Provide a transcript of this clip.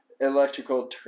electrical